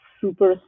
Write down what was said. super